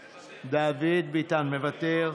מוותר,